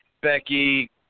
Becky